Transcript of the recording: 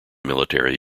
military